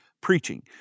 preaching